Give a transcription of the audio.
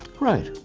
right.